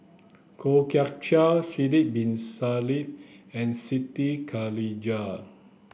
Kwok Kian Chow Sidek bin Saniff and Siti Khalijah